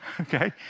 Okay